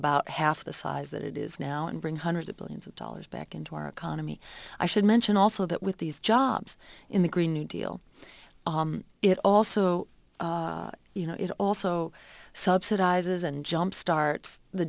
about half the size that it is now and bring hundreds of billions of dollars back into our economy i should mention also that with these jobs in the green new deal it also you know it also subsidizes and jumpstart the